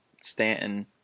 Stanton